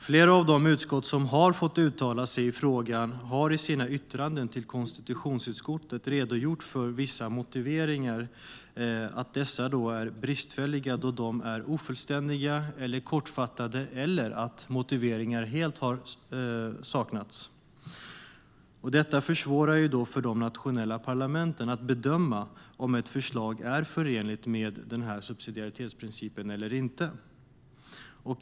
Flera av de utskott som har fått uttala sig i frågan har i sina yttranden till konstitutionsutskottet redogjort för att vissa motiveringar är bristfälliga då de är ofullständiga eller kortfattade, eller att motiveringar helt har saknats. Detta försvårar för de nationella parlamenten att bedöma om ett förslag är förenligt med subsidiaritetsprincipen eller inte.